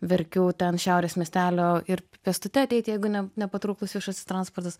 verkių ten šiaurės miestelio ir pėstute ateit jeigu ne nepatrauklus viešasis transportas